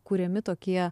kuriami tokie